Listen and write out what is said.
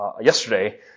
yesterday